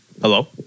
hello